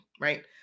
Right